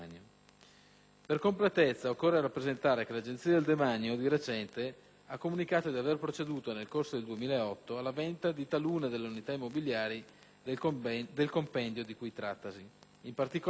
Per completezza, occorre rappresentare che l'Agenzia del demanio di recente ha comunicato di aver proceduto, nel corso del 2008, alla vendita di talune delle unità immobiliari del compendio di cui trattasi.